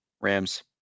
Rams